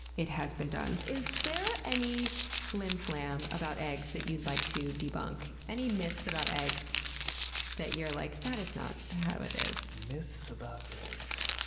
it has been done. is there any flimflam about eggs that you'd like to debunk? any myths about eggs that you're like, that is not how it is? myths about eggs.